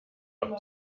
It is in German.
auch